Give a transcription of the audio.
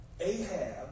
Ahab